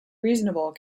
reasonable